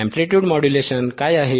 amplitude modulation काय आहेत